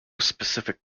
specific